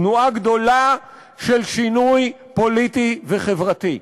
תנועה גדולה של שינוי פוליטי וחברתי,